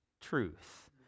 truth